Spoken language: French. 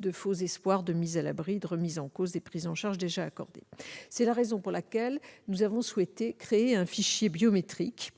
de faux espoirs de mise à l'abri et une remise en cause des prises en charge déjà accordées. C'est la raison pour laquelle nous avons souhaité créer un fichier biométrique,